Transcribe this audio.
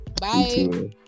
Bye